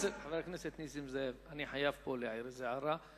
חבר הכנסת נסים זאב, אני חייב פה להעיר הערה.